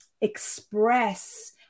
express